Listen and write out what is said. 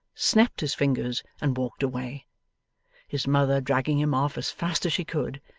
snapped his fingers and walked away his mother dragging him off as fast as she could,